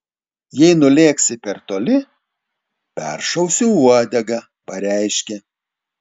jei nulėksi per toli peršausiu uodegą pareiškė